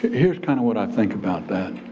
here's kind of what i think about that.